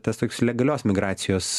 tas toks legalios migracijos